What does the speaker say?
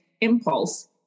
impulse